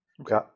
Okay